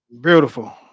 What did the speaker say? Beautiful